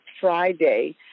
Friday